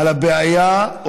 על הבעיה,